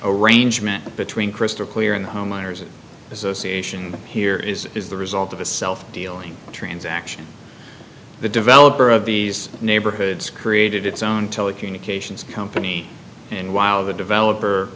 arrangement between crystal clear and the homeowners association here is is the result of a self dealing transaction the developer of these neighborhoods created its own telecommunications company and while the developer